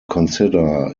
consider